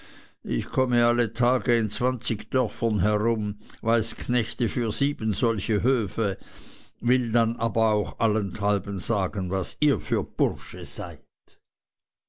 ich komme alle tage in zwanzig dörfern herum weiß knechte für sieben solche höfe will dann aber auch allenthalben sagen was ihr für bursche seid